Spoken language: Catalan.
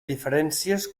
diferències